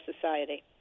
society